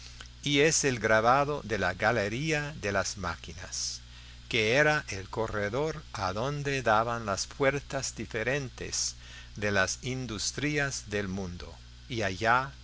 y es el grabado de la galería de las máquinas que era el corredor adonde daban las puertas diferentes de las industrias del mundo y allá